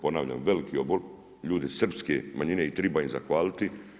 Ponavljam veliki obol, ljudi srpske manjine i triba im zahvaliti.